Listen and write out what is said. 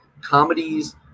Comedies